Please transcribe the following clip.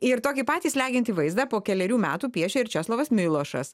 ir tokį patį slegiantį vaizdą po kelerių metų piešia ir česlovas milošas